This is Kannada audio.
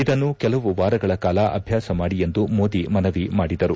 ಇದನ್ನು ಕೆಲವು ವಾರಗಳ ಕಾಲ ಅಭ್ಯಾಸ ಮಾಡಿ ಎಂದು ಮೋದಿ ಮನವಿ ಮಾಡಿದರು